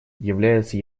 является